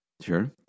Sure